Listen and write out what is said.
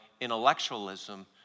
intellectualism